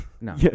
No